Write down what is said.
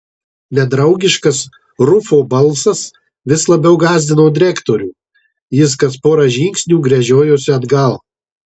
nedraugiškas rufo balsas vis labiau gąsdino direktorių jis kas pora žingsnių gręžiojosi atgal